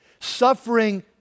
Suffering